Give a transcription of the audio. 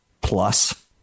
plus